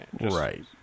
Right